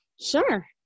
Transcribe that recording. sure